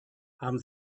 haben